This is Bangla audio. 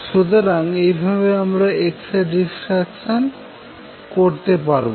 সুতরাং এইভাবে আমরা x রে ডিফ্রাকশান বর্ণনা করতে পারবো